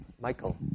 Michael